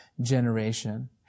generation